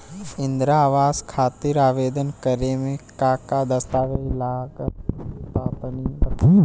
इंद्रा आवास खातिर आवेदन करेम का का दास्तावेज लगा तऽ तनि बता?